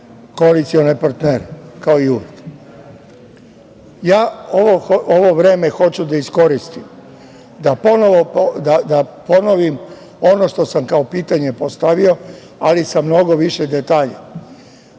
koalicione partnere, kao i uvek. Ovo vreme hoću da iskoristim da ponovim ono što sam kao pitanje postavio, ali sa mnogo više detalja.